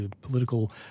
political